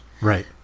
Right